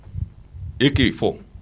AK-4